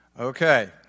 Okay